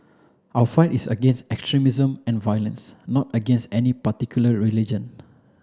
our fight is against extremism and violence not against any particular religion